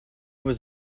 was